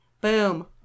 Boom